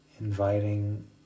inviting